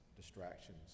distractions